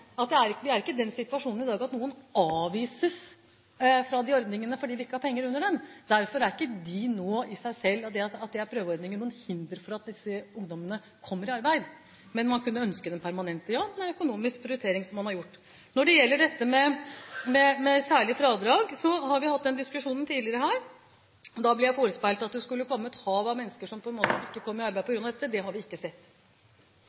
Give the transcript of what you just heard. er at vi er ikke i den situasjonen i Norge at noen avvises fra de ordningene fordi vi ikke har penger under dem. Derfor er ikke de i seg selv, og det at de er prøveordninger, noe hinder for at disse ungdommene kommer i arbeid. Men man kunne ønske dem permanente, men det er en økonomisk prioritering som er gjort. Når det gjelder dette med særlig fradrag, har vi hatt den diskusjonen tidligere her. Da ble jeg forespeilet at det skulle komme et hav av mennesker som ikke kom i arbeid på grunn av dette. Det har vi ikke sett Kjell Ingolf Ropstad – til oppfølgingsspørsmål. Innledningen i